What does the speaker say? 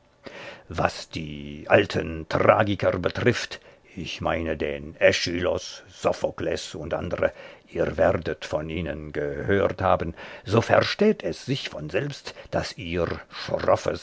was die alten tragiker betrifft ich meine den äschylos sophokles u a ihr werdet von ihnen gehört haben so versteht es sich von selbst daß ihr